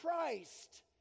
Christ